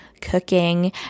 cooking